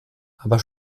aber